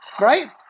right